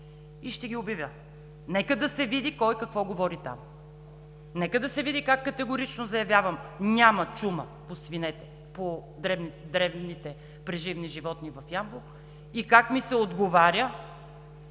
и ще ги обявя. Нека да се види кой какво говори там. Нека да се види как категорично заявявам: „Няма чума по дребните преживни животни в Ямбол!“, и как ми се отговаря,